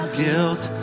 guilt